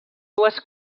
dues